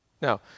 Now